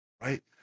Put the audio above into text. right